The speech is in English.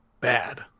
bad